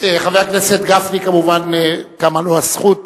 חבר הכנסת גפני, כמובן, קמה לו הזכות,